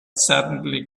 suddenly